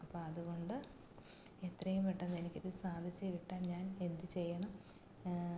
അപ്പോൾ അതുകൊണ്ട് എത്രയും പെട്ടെന്ന് എനിക്കിത് സാധിച്ച് കിട്ടാൻ ഞാൻ എന്ത് ചെയ്യണം